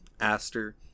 aster